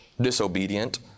disobedient